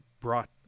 brought